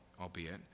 albeit